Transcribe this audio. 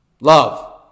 Love